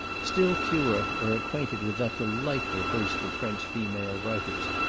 still fewer are acquainted with that delightful host of french female writers,